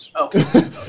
Okay